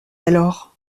alors